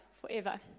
forever